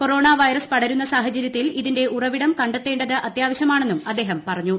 corona virus പടരുന്ന സാഹചര്യത്തിൽ ഇതിന്റെ ഉറവിടം കണ്ടെത്തേണ്ടത് അത്യാവശ്യമാണെന്നും അദ്ദേഹം പറഞ്ഞു